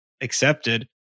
accepted